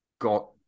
got